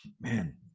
man